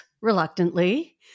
reluctantly